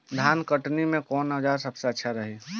धान कटनी मे कौन औज़ार सबसे अच्छा रही?